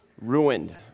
ruined